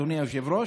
אדוני היושב-ראש,